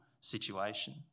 situation